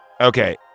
Okay